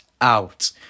out